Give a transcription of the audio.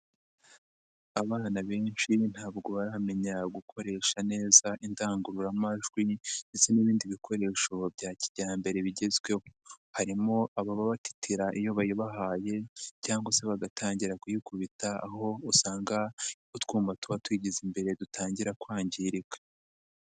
Abana benshi ntabwo baramenya gukoresha neza indangururamajwi ndetse n'ibindi bikoresho bya kijyambere bigezweho, harimo ababa batitira iyo babahaye cyangwa se bagatangira kuyikubita, aho usanga utwuma tuba tuyigeze imbere dutangira kwangirika.